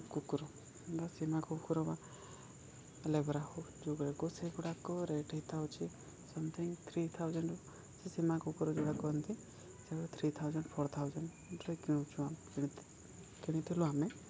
କୁକୁର ବା ସୀମା କୁକୁର ବା ଲେବରାହୋ ଯେଉଁଗୁଡ଼ାକୁ ସେଗୁଡ଼ାକ ରେଟ୍ ହେଇଥାଉଛିି ସମଥିଙ୍ଗ ଥ୍ରୀ ଥାଉଜେଣ୍ଡ ସେ ସୀମା କୁକୁର ଯେଉଁଟା କୁହନ୍ତି ସେଗୁଡ଼ା ଥ୍ରୀ ଥାଉଜେଣ୍ଡ ଫୋର୍ ଥାଉଜେଣ୍ଡରେ କିଣୁଛୁ କିଣିଥିଲୁ ଆମେ